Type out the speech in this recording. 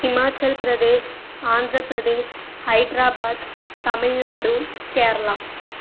Himachal Pradesh Andhra Pradesh Hyderabad Tamil Nadu Kerala